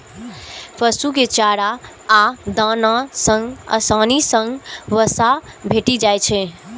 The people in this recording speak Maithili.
पशु कें चारा आ दाना सं आसानी सं वसा भेटि जाइ छै